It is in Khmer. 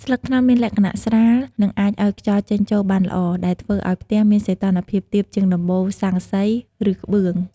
ស្លឹកត្នោតមានលក្ខណៈស្រាល និងអាចឱ្យខ្យល់ចេញចូលបានល្អ ដែលធ្វើឱ្យផ្ទះមានសីតុណ្ហភាពទាបជាងដំបូលស័ង្កសី ឬក្បឿង។